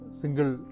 single